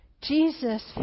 Jesus